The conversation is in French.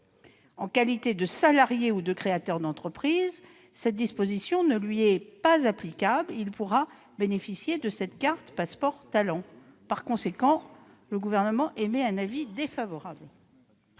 en qualité de salarié ou de créateur d'entreprise, cette disposition ne lui est pas applicable ; il pourra bénéficier de cette carte de séjour « passeport talent ». Par conséquent, le Gouvernement émet un avis défavorable